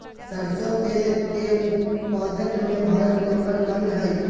सरसों तेल के उत्पाद मे भारत नंबर वन हइ